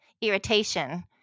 irritation